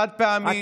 חד-פעמי,